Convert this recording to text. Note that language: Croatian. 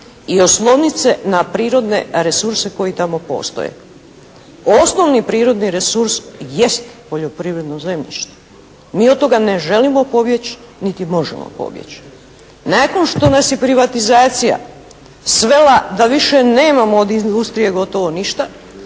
i oslonit se na prirodne resurse koji tamo postoje. Osnovni prirodni resurs jest poljoprivredno zemljište. Mi od toga ne želimo pobjeći niti možemo pobjeći. Nakon što nas je privatizacija svela da više nemamo od industrije gotovo ništa,